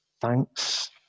thanks